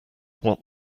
what